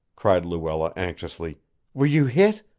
cried luella anxiously were you hit?